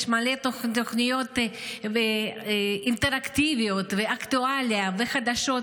הוא מלא תוכן בתוכניות אינטראקטיביות ובאקטואליה ובחדשות,